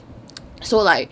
so like